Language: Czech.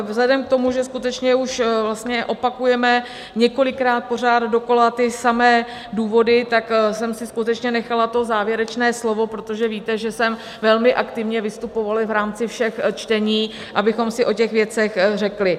Vzhledem k tomu, že skutečně už vlastně opakujeme několikrát pořád dokola ty samé důvody, tak jsem si nechala závěrečné slovo, protože víte, že jsem velmi aktivně vystupovala i v rámci všech čtení, abychom si o těch věcech řekli.